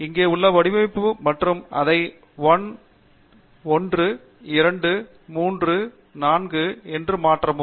இங்கே உள்ள வடிவமைப்பு மற்றும் அதை 1 2 3 4 என்று மாற்றவும்